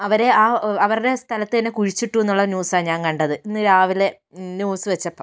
അവരെ ആ അവരുടെ സ്ഥലത്ത് തന്നെ കുഴിച്ചിട്ടു എന്ന് ഉള്ള ന്യൂസാണ് ഞാൻ കണ്ടത് ഇന്ന് രാവിലെ ന്യൂസ് വെച്ചപ്പോൾ